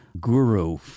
guru